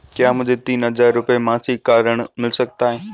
क्या मुझे तीन हज़ार रूपये मासिक का ऋण मिल सकता है?